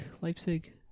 Leipzig